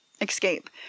escape